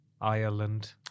Ireland